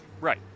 Right